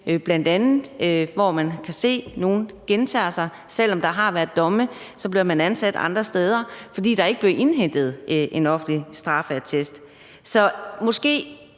de tilfælde, hvor man kan se nogen gentage det, de har gjort, så selv om der har været domme, bliver man ansat andre steder, fordi der ikke er blevet indhentet en offentlig straffeattest. Så vil